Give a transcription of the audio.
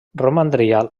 romandria